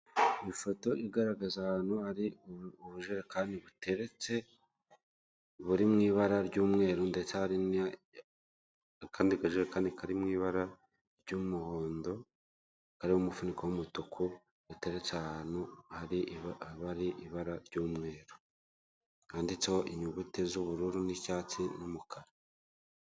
Ifoto igaragaza ahantu hari ubujerekani buteretse buri mu ibara ry'umweru ndetse hari n'akandi kajerekani Kari mu ibara ry'umuhondo kariho umufuniko w'umutuku gateretse ahantu hari ibara ry'umweru handitseho inyuguti z'ubururu n'icyatsi n'umukara.